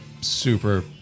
super